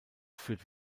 führt